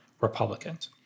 Republicans